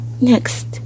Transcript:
Next